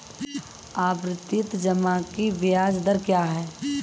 आवर्ती जमा की ब्याज दर क्या है?